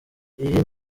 iyo